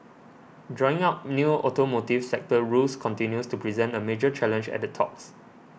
drawing up new automotive sector rules continues to present a major challenge at the talks